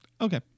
Okay